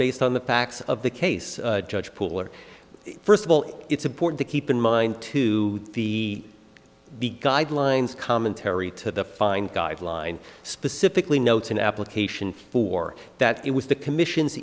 facts of the case judge pooler first of all it's important to keep in mind to see the guidelines commentary to the fine guideline specifically notes in application for that it was the commission